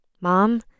Mom